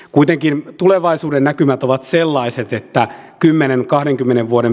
kuitenkin tulevaisuudennäkymät ovat sellaiset että kymmenen kahdenkymmenen vuoden